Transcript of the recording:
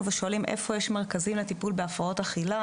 ושואלים איפה יש מרכזים לטיפול בהפרעות אכילה,